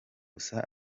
gusa